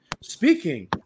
speaking